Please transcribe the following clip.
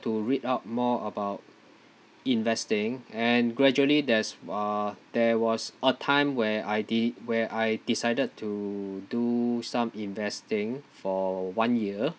to read up more about investing and gradually there's uh there was a time where I de~ where I decided to do some investing for one year